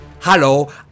Hello